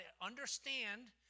understand